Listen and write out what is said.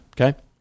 Okay